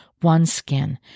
OneSkin